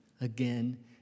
again